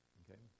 okay